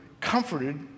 comforted